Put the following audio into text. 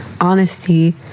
honesty